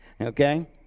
okay